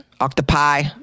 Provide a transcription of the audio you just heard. octopi